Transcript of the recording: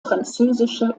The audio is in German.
französische